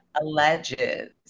alleges